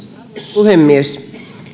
puhemies